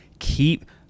keep